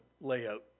layout